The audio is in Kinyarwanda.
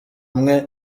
umwe